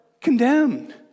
condemned